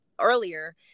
earlier